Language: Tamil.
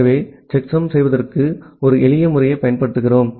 எனவே செக்சம் செய்வதற்கு ஒரு எளிய முறையைப் பயன்படுத்துகிறோம்